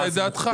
רז,